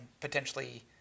potentially